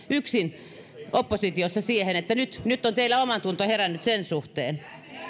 yksin oppositiossa siihen nyt nyt on teillä omatunto herännyt sen suhteen